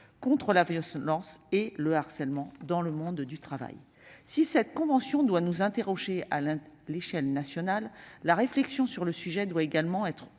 contre la violence et le harcèlement dans le monde du travail. Si cette convention doit nous interroger à l'échelon national, la réflexion doit également être